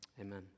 Amen